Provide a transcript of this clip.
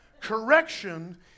Correction